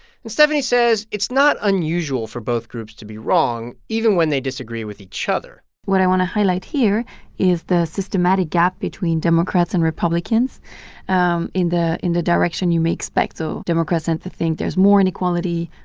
and stefanie says it's not unusual for both groups to be wrong even when they disagree with each other what i want to highlight here is the systematic gap between democrats and republicans and in the in the direction you may expect. so democrats tend and to think there's more inequality,